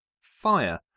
Fire